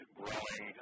growing